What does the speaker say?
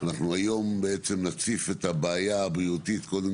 אנחנו היום בעצם נציף את הבעיה הבריאותית קודם